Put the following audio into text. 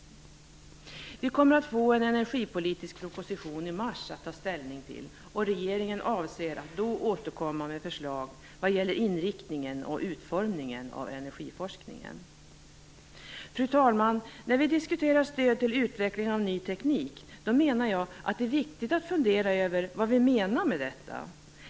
Vi kommer att få en energipolitisk proposition i mars att ta ställning till, och regeringen avser att då återkomma med förslag vad gäller inriktningen och utformningen av energiforskningen. Fru talman! När vi diskuterar stöd till utveckling av ny teknik, är det viktigt att fundera över vad vi menar med detta.